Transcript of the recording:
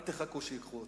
אל תחכו שייקחו אתכם.